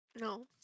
No